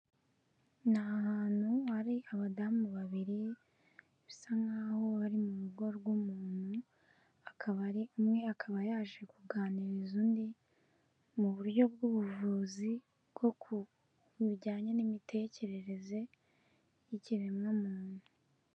Ni hantu hari abadamu babiri bisa nk'aho bari mu rugo rw'umuntu akaba ari umwe akaba yaje kuganiriza undi mu buryo bw'ubuvuzi bwo ku bijyanye n'imitekerereze y'ikiremwa muntu.